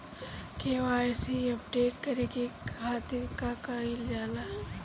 KYC update करे के खातिर का कइल जाइ?